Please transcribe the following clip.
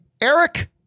Eric